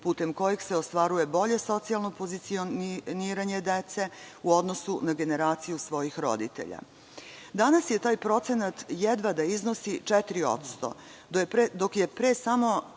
putem kojeg se ostvaruje bolje socijalno pozicioniranje dece u odnosu na generaciju svojih roditelja. Danas je taj procenat jedva 4%, dok je pre samo